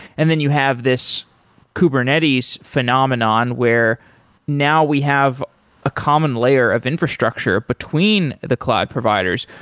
and then you have this kubernetes phenomenon where now we have a common layer of infrastructure between the cloud providers,